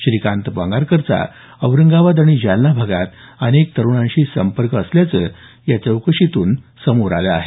श्रीकांत पांगारकरचा औरंगाबाद आणि जालना भागात अनेक तरुणांशी संपर्क असल्याचं समोर आलं आहे